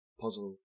puzzle